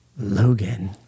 Logan